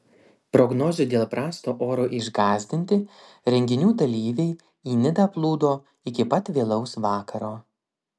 prognozių dėl prasto oro išgąsdinti renginių dalyviai į nidą plūdo iki pat vėlaus vakaro